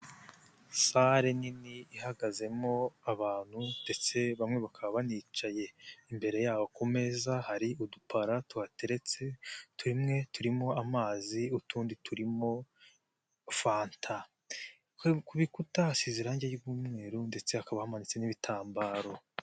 Sale nini ihagazemo abantu, ndetse bamwe bakaba banicaye. Imbere yabo kumeza hari udupara tuhateretse, tumwe turimo amazi utundi turimo fanta, Kubikuta hasize irangi ry'umweru ndetse hakaba hamanitse n'ibitambaro.